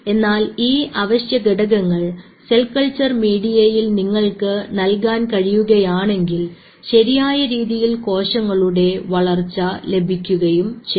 എന്നാൽ ഈ അവശ്യഘടകങ്ങൾ സെൽ കൾച്ചർ മീഡിയയിൽ നിങ്ങൾക്ക് നൽകാൻ കഴിയുകയാണെങ്കിൽ ശരിയായ രീതിയിൽ കോശങ്ങളുടെ വളർച്ച ലഭിക്കുകയും ചെയ്യും